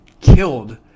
killed